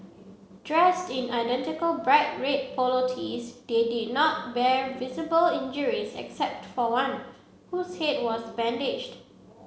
dressed in identical bright red polo tees they did not bear visible injuries except for one whose head was bandaged